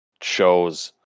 shows